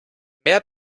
mehr